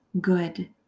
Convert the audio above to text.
good